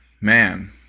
man